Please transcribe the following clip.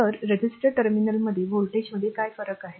तर रेझिस्टर टर्मिनलमध्ये व्होल्टेजमध्ये काय फरक आहे